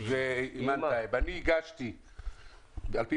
פינדרוס ואימאן ח'טיב -- אני הגשתי בקשה לרביזיה על-פי